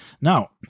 Now